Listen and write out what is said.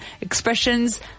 expressions